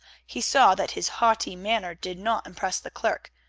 he saw that his haughty manner did not impress the clerk,